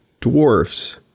dwarfs